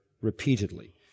repeatedly